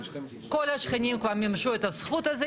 כל השכנים כבר מימשו את הזכות הזאת,